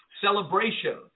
celebration